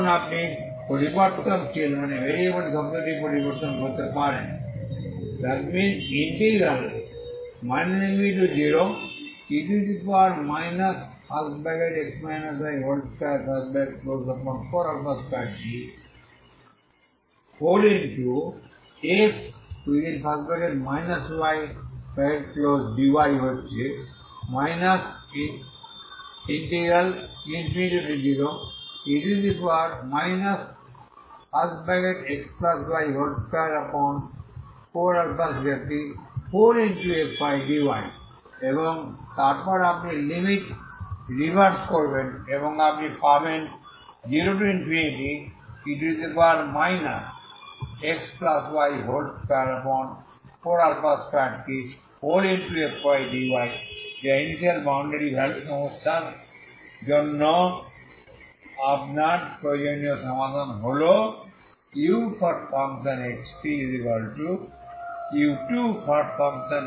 এখন আপনি পরিবর্তনশীল এই শব্দটি পরিবর্তন করেন ∞0e x y242tfdy হচ্ছে 0e xy242tfdy এবং তারপর আপনি লিমিট রিভার্স করবেন এবং আপনি পাবেন 0e xy242tfdy যা ইনিশিয়াল বাউন্ডারি ভ্যালু সমস্যার জন্য আপনার প্রয়োজনীয় সমাধান হল uxtu2xt